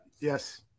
Yes